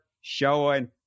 showing